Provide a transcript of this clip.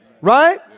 Right